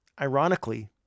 Ironically